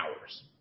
hours